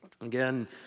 again